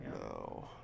No